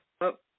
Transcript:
up